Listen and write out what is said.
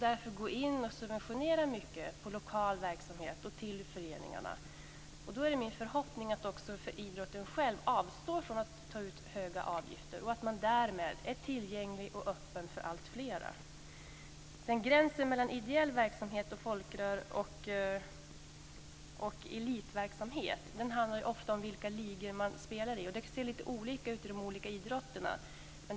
Därför ska lokal verksamhet och föreningar subventioneras. Det är min förhoppning att idrotten själv avstår från att ta ut höga avgifter. Därmed blir idrotten tillgänglig och öppen för fler. Gränsen mellan ideell verksamhet och elitverksamhet handlar ofta om i vilka ligor man spelar i. Det kan se olika ut i de olika idrotterna.